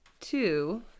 two